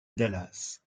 dallas